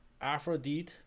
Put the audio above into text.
Aphrodite